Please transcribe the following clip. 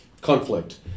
conflict